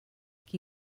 qui